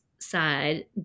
side